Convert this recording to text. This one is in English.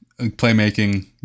playmaking